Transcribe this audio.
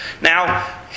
Now